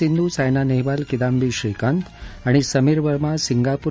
सिंधू सायना नेहवाल किदंबी श्रीकांत आणि समीर वर्मा सिंगापूर